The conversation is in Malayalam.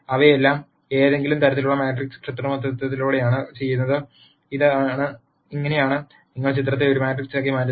അവയെല്ലാം ഏതെങ്കിലും തരത്തിലുള്ള മാട്രിക്സ് കൃത്രിമത്വത്തിലൂടെയാണ് ചെയ്യുന്നത് ഇങ്ങനെയാണ് നിങ്ങൾ ചിത്രത്തെ ഒരു മാട്രിക്സാക്കി മാറ്റുന്നത്